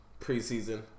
preseason